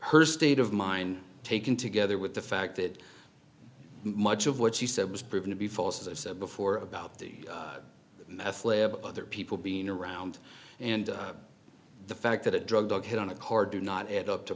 her state of mind taken together with the fact that much of what she said was proven to be false as i said before about the meth lab other people being around and the fact that a drug dog hit on a car do not add up to